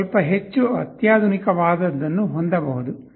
ನೀವು ಸ್ವಲ್ಪ ಹೆಚ್ಚು ಅತ್ಯಾಧುನಿಕವಾದದ್ದನ್ನು ಹೊಂದಬಹುದು